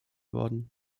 worden